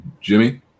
Jimmy